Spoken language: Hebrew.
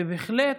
ובהחלט,